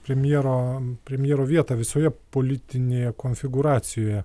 premjero premjero vietą visoje politinėje konfigūracijoje